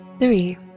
Three